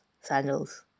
sandals